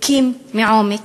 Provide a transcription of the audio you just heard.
ריקים מעומק,